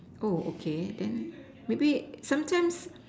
oh okay then maybe sometimes